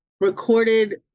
recorded